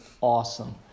awesome